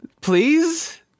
please